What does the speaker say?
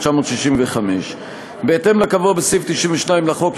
התשכ"ה 1965. בהתאם לקבוע בסעיף 92 לחוק,